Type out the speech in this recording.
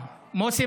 מוסי,